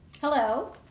Hello